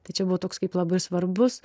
tai čia buvo toks kaip labai svarbus